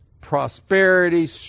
prosperity